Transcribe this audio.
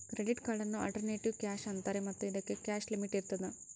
credit ಕಾರ್ಡನ್ನು alternative cash ಅಂತಾರೆ ಮತ್ತು ಇದಕ್ಕೆ ಕ್ಯಾಶ್ ಲಿಮಿಟ್ ಇರ್ತದ